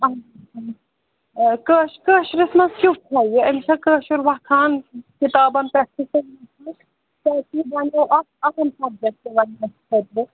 کٲشرِس منٛز کیُتھ چھا یہِ أمِس چھا کٲشُر وۄتھان کِتابَن پٮ۪ٹھ کیاز یہِ بَنیو اَکھ اَہم سَبجَکٹ خٲطرٕ